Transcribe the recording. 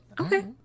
okay